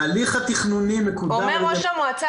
ההליך התכנוני --- אומר ראש המועצה